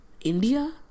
India